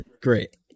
Great